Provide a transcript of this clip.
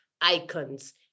icons